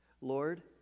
Lord